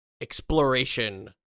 exploration